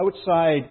outside